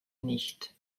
nicht